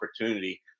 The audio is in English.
opportunity